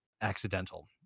accidental